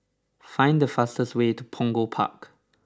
find the fastest way to Punggol Park